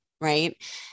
Right